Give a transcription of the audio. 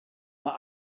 mae